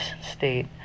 state